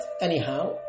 anyhow